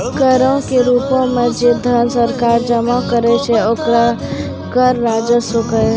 करो के रूपो मे जे धन सरकारें जमा करै छै ओकरा कर राजस्व कहै छै